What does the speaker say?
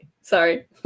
Sorry